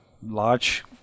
large